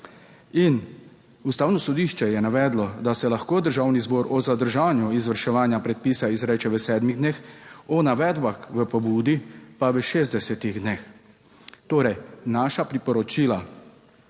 In Ustavno sodišče je navedlo, da se lahko Državni zbor o zadržanju izvrševanja predpisa izreče v sedmih dneh, o navedbah v pobudi pa v 60 dneh. Torej, naša priporočila